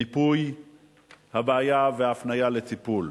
מיפוי הבעיה והפניה לטיפול.